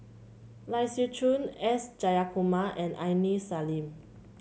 Lai Siu Chiu S Jayakumar and Aini Salim